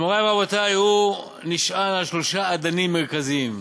מורי ורבותי, הוא נשען על שלושה אדנים מרכזיים.